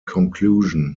conclusion